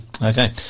Okay